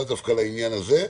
לאו דווקא לעניין הזה.